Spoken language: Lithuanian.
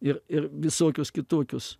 ir ir visokius kitokius